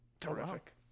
Terrific